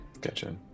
gotcha